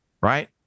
Right